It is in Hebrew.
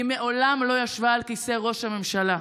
היא מעולם לא ישבה על כיסא ראש הממשלה.